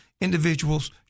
individuals